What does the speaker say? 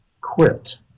quit